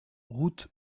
route